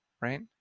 right